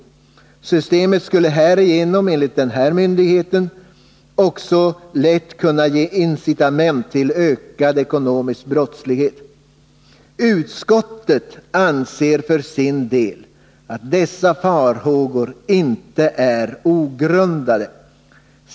Systemet skulle härigenom enligt denna myndighet lätt kunna ge incitament till ökad ekonomisk brottslighet. Utskottet anser för sin del att dessa farhågor inte är ogrundade.